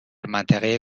منطقه